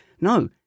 No